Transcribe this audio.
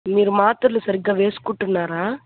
మీరు మాత్రలు సరిగ్గా వేసుకుంటున్నారా